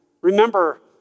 Remember